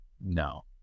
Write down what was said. No